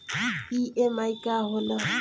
EMI का होला?